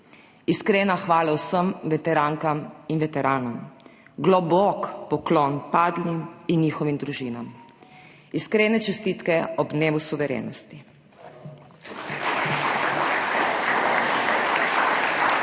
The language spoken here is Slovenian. Iskrena hvala vsem veterankam in veteranom. Globok poklon padlim in njihovim družinam. Iskrene čestitke ob dnevu suverenosti.